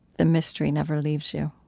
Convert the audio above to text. the mystery never leaves you.